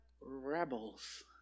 rebels